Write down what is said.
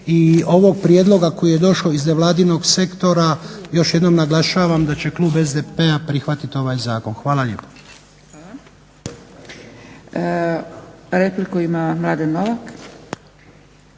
i ovog prijedloga koji je došao iz nevladinog sektora još jednom naglašavam da će klub SDP-a prihvatiti ovaj zakon. Hvala lijepo.